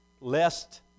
lest